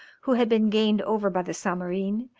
who had been gained over by the zamorin,